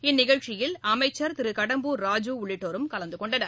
இந்நிகழ்ச்சியில் அமைச்சர் திரு கடம்பூர் ராஜூ உள்ளிட்டோர் கலந்து கொண்டனர்